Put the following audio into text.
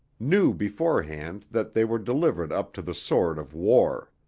knew beforehand that they were delivered up to the sword of war.